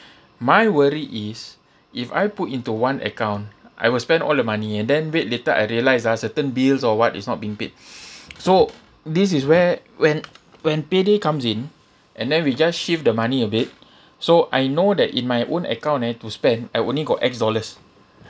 my worry is if I put into one account I will spend all the money and then wait later I realised ah certain bills or what is not being paid so this is where when when payday comes in and then we just shift the money a bit so I know that in my own account I need to spend I only got x dollars